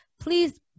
please